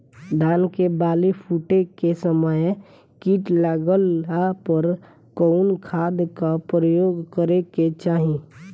धान के बाली फूटे के समय कीट लागला पर कउन खाद क प्रयोग करे के चाही?